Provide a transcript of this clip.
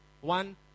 one